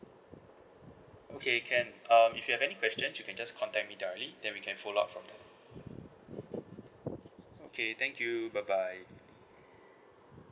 okay can um if you have any question you can just contact me directly then we can follow up from there okay thank you bye bye